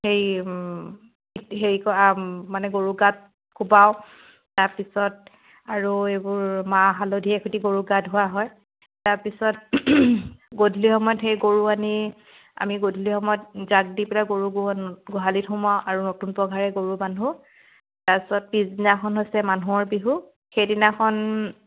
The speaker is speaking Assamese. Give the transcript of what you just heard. হেই হেৰি কৰা মানে গৰুক গাত কোবাওঁ তাৰপিছত আৰু এইবোৰ মাহ হালধিৰে সৈতে গৰুক গা ধুওৱা হয় তাৰপিছত গধূলি সময়ত সেই গৰু আনি আমি গধূলি সময়ত জাক দি পেলাই গৰুক গোহালিত সোমাওঁ আৰু নতুন পঘাৰে গৰু বান্ধোঁ তাৰপিছত পিছদিনাখন হৈছে মানুহৰ বিহু সেইদিনাখন